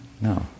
No